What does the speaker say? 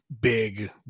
big